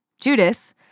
Judas